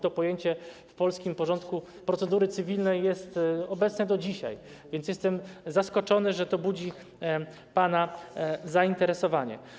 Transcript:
To pojęcie w polskim porządku procedury cywilnej jest obecne do dzisiaj, więc jestem zaskoczony, że to budzi pana zainteresowanie.